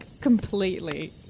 Completely